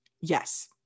Yes